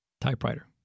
typewriter